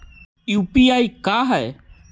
UPI का है?